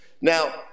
Now